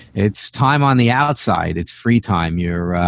it's time on the outside it's free time here.